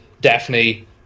daphne